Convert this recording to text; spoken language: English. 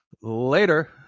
later